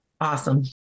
Awesome